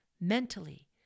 mentally